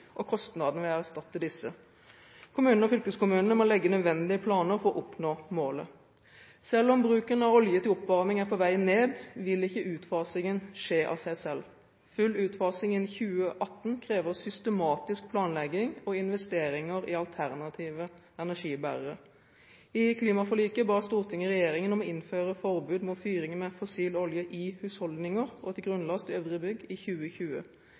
og kostnadene med å erstatte den. Kommunene og fylkeskommunene må legge nødvendige planer for å oppnå målet. Selv om bruken av olje til oppvarming er på vei ned, vil ikke utfasingen skje av seg selv. Full utfasing innen 2018 krever systematisk planlegging og investeringer i alternative energibærere. I klimaforliket ba Stortinget regjeringen om å innføre forbud mot fyring med fossil olje i husholdninger og til grunnlast i øvrige bygg i 2020.